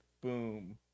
Boom